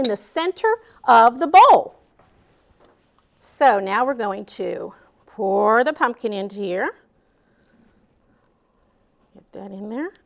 in the center of the bowl so now we're going to poor the pumpkin into here that in there